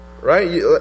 Right